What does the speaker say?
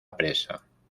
presa